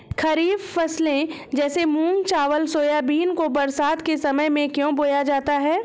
खरीफ फसले जैसे मूंग चावल सोयाबीन को बरसात के समय में क्यो बोया जाता है?